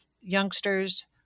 youngsters